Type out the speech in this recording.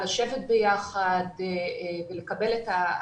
לשבת ביחד ולקבל את ההחלטות.